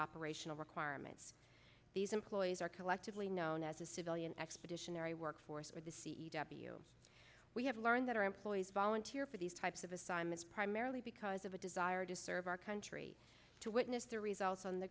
operational requirements these employees are collectively known as a civilian expeditionary workforce or the c e w we have learned that our employees volunteer for these types of assignments primarily because of a desire to serve our country to witness the results on the